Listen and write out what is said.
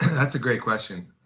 that's a great question.